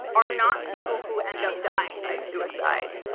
are not people who end up dying by suicide.